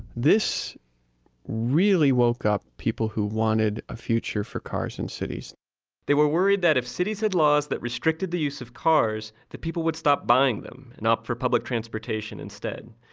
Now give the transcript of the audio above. this really woke up people who wanted a future for cars in cities they were worried that if cities had laws that restricted the use of cars, that people would stop buying them, and opt for public transportation instead.